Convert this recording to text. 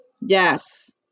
Yes